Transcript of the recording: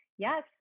Yes